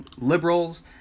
liberals